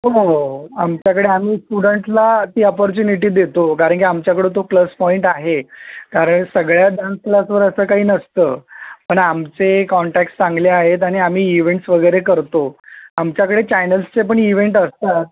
हो हो आमच्याकडे आम्ही स्टुडंट्सला ती अपॉर्च्युनिटी देतो कारण की आमच्याकडे तो प्लस पॉईंट आहे कारण सगळ्याच डान्स क्लासवर असं काही नसतं पण आमचे कॉन्टॅक्टस चांगले आहेत आणि आम्ही इव्हेंट्स वगैरे करतो आमच्याकडे चॅनेल्सचे पण इव्हेंट्स असतात